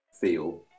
feel